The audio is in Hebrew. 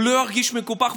הוא לא ירגיש מקופח,